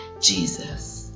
Jesus